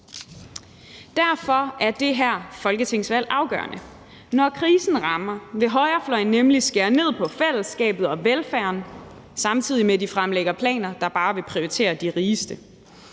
Derfor er det her folketingsvalg afgørende. Når krisen rammer, vil højrefløjen nemlig skære ned på fællesskabet og velfærden, samtidig med at de fremlægger planer, der bare vil prioritere de rigeste.